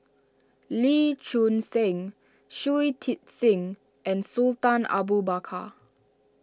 Lee Choon Seng Shui Tit Sing and Sultan Abu Bakar